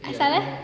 asal eh